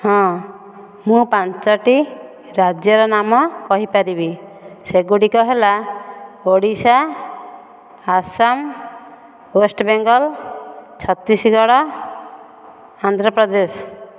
ହଁ ମୁଁ ପାଞ୍ଚଟି ରାଜ୍ୟର ନାମ କହିପାରିବି ସେଗୁଡ଼ିକ ହେଲା ଓଡ଼ିଶା ଆସାମ ୱେଷ୍ଟବେଙ୍ଗଲ ଛତିଶଗଡ଼ ଆନ୍ଧ୍ରପ୍ରଦେଶ